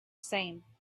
same